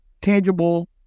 tangible